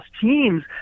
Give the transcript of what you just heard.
teams